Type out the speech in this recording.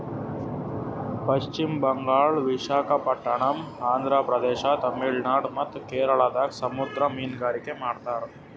ಪಶ್ಚಿಮ್ ಬಂಗಾಳ್, ವಿಶಾಖಪಟ್ಟಣಮ್, ಆಂಧ್ರ ಪ್ರದೇಶ, ತಮಿಳುನಾಡ್ ಮತ್ತ್ ಕೇರಳದಾಗ್ ಸಮುದ್ರ ಮೀನ್ಗಾರಿಕೆ ಮಾಡ್ತಾರ